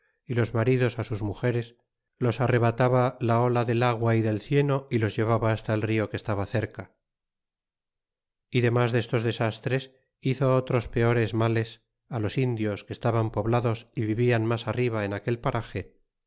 y los maridos sus mugeres los arrevataba la ola del agua y del cieno y los llevaba hasta el rio que estaba cerca y demas destos desastres hizo otros peores males los indios que estaban poblados y vivian mas arriba en aquel parage